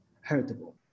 heritable